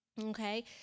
Okay